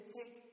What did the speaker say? take